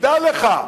תדע לך,